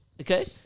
okay